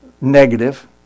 negative